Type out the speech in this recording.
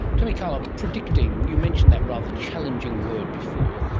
tell me carla, predicting, you mentioned that rather challenging word before,